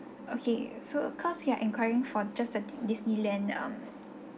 okay so cause you are enquiring for just the disneyland um